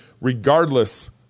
regardless